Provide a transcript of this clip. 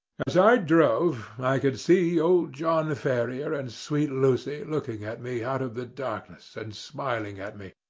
as i drove, i could see old john ferrier and sweet lucy looking at me out of the darkness and smiling at me,